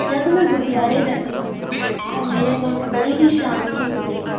ਜਦ ਮੈਂ ਗੁਰਦੁਆਰੇ ਜਾਂਦੀ ਹਾਂ ਤਾਂ ਮੇਰੇ ਮਨ ਨੂੰ ਬੜੀ ਹੀ ਸ਼ਾਂਤੀ ਮਿਲਦੀ ਹੈ